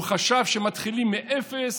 הוא חשב שמתחילים מאפס,